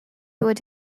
would